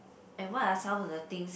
and what are some of the things